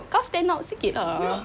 kau stand out sikit lah